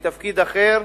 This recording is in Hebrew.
לתפקיד אחר,